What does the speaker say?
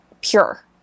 pure